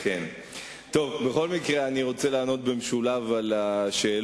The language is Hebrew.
בכל מקרה, אני רוצה לענות במשולב על השאלות.